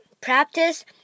practice